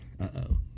Uh-oh